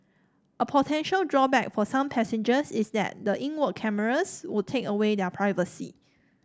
a potential drawback for some passengers is that the inward cameras would take away their privacy